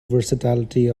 versatility